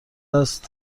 است